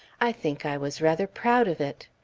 i think i was rather proud of it.